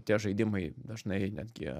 tie žaidimai dažnai netgi